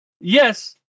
Yes